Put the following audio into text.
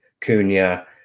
Cunha